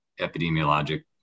epidemiologic